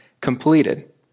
completed